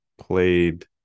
played